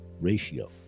ratio